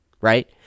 right